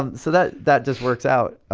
um so that that just works out.